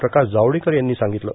प्रकाश जावडेकर यांनी सांगितलं